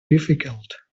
difficult